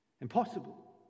Impossible